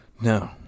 No